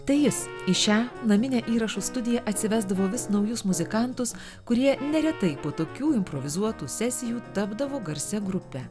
tai jis į šią naminę įrašų studiją atsivesdavo vis naujus muzikantus kurie neretai po tokių improvizuotų sesijų tapdavo garsia grupe